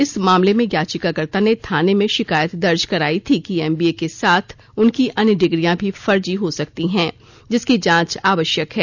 इस मामले में याचिकाकर्ता ने थाने में शिकायत दर्ज करायी थी कि एमबीए के साथ उनकी अन्य डिग्रियां भी फर्जी हो सकती हैं जिसकी जांच आवश्यक है